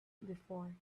before